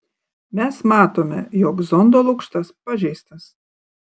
mes matome jog zondo lukštas pažeistas